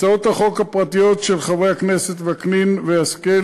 הצעות החוק הפרטיות של חברי הכנסת וקנין והשכל